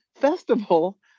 festival